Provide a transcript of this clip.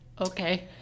Okay